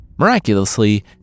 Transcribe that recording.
Miraculously